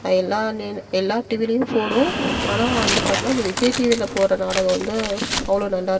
அது எல்லா நெ எல்லா டிவிலையும் ஓடும் ஆனால் வந்து பார்த்தனா அந்த விஜய் டிவியில போடுகிற நாடகம் வந்து அவ்வளோ நல்லா இருக்கும்